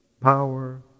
Power